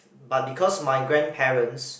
but because my grandparents